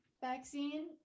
vaccine